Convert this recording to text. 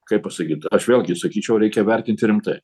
kaip pasakyt aš vėlgi sakyčiau reikia vertinti rimtai